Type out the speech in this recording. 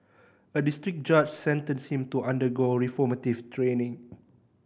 a district judge sentenced him to undergo reformative training